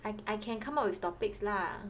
I I can come up with topics lah